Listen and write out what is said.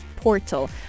portal